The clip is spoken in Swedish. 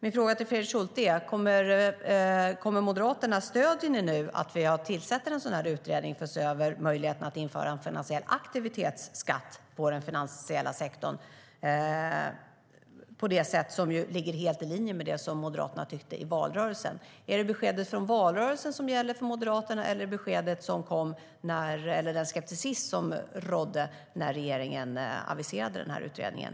Min fråga till Fredrik Schulte är: Stöder Moderaterna nu att vi tillsätter en utredning för att se över möjligheterna att införa en finansiell aktivitetsskatt på den finansiella sektorn på det sätt som ju ligger helt i linje med det som Moderaterna tyckte i valrörelsen? Är det beskedet från valrörelsen som gäller för Moderaterna, eller är det den skepticism som rådde när regeringen aviserade utredningen?